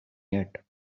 yet